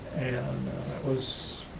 and that was,